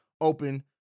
open